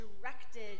directed